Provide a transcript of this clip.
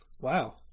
Wow